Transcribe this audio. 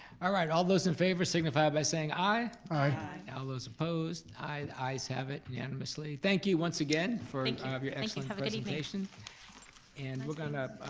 alright, all those in favor, signify by saying aye. aye. all those opposed, aye. the ayes have it unanimously, thank you once again for and kind of you excellent presentation, and we're gonna,